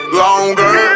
longer